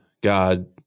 God